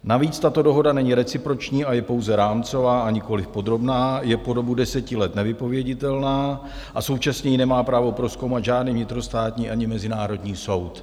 Navíc tato dohoda není reciproční a je pouze rámcová, a nikoliv podrobná, je po dobu deseti let nevypověditelná a současně ji nemá právo prozkoumat žádný vnitrostátní ani mezinárodní soud.